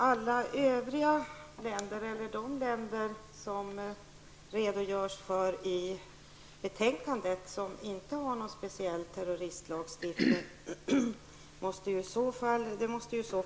Herr talman! Lars-Erik Lövdéns resonemang skulle innebära att de länder som inte har någon speciell terroristlagstiftning är verkliga tillhåll för terrorister.